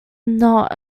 not